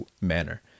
manner